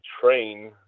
train